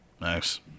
Nice